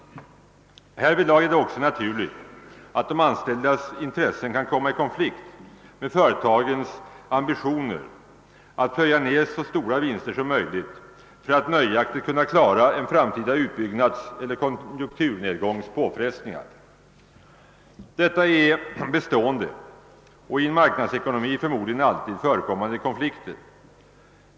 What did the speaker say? Härvidlag är det också naturligt att de anställdas intressen kan komma i konflikt med företagens ambitioner att plöja ner så stora vinster som möjligt för att nöjaktigt kunna klara en framtida utbyggnads eller konjunkturnedgångs påfrestningar. Detta är bestående ch i en marknadsekonomi förmodligen alltid förekommande konflikter.